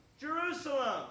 Jerusalem